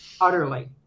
Utterly